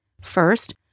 First